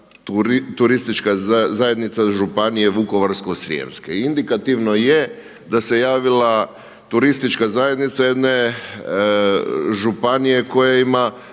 turistička zajednica Županije Vukovarsko-srijemske. I indikativno je da se javila turistička zajednica jedne županije koja ima